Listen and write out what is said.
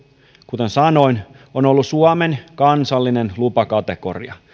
kuten sanoin on ollut suomen kansallinen lupakategoria